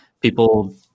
people